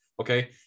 okay